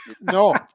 No